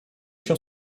się